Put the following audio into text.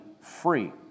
free